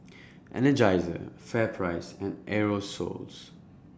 Energizer FairPrice and Aerosoles